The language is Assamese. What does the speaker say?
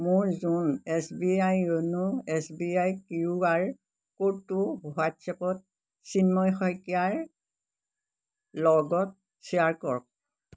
মোৰ YONO S B I Q R ক'ডটো হোৱাট্ছএপত চিন্ময় শইকীয়াৰ লগত শ্বেয়াৰ কৰক